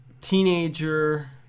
teenager